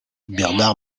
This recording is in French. bernard